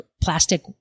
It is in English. plastic